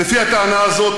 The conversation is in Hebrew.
לפי הטענה הזאת,